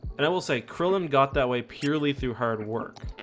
and i will say crillon got that way purely through hard work,